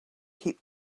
keep